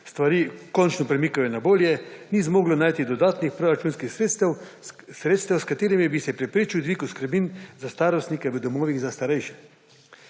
stvari končno premikajo na bolje, ni zmogla najti dodatnih proračunskih sredstev s katerimi bi se preprečil dvig oskrbnin za starostnike v domovih za starejše.